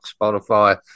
Spotify